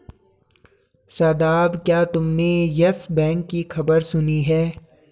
शादाब, क्या तुमने Yes Bank की खबर सुनी है?